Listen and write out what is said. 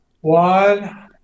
One